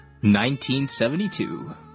1972